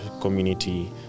community